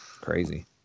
Crazy